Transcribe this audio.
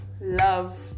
love